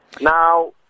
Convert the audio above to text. Now